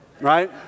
right